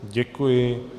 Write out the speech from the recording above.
Děkuji.